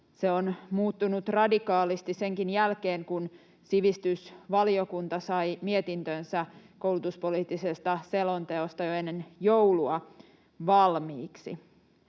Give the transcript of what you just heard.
se on muuttunut radikaalisti senkin jälkeen, kun sivistysvaliokunta sai mietintönsä koulutuspoliittisesta selonteosta jo ennen joulua valmiiksi.